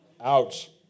Ouch